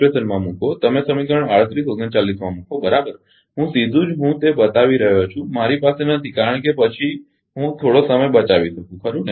તમે સમીકરણ 38 અને 39 માં મૂકો બરાબર હું સીધું જ હું તે બતાવી રહ્યો છું મારી પાસે નથી કારણ કે પછી હું થોડો સમય બચાવી શકું ખરું ને